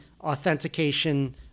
authentication